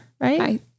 right